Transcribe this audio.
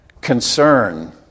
concern